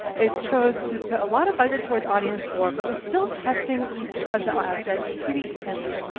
it chose to put a lot of budget towards audience four, but was still testing each of the ad sets pretty evenly.